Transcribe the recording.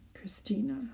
Christina